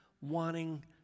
wanting